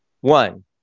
One